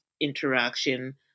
interaction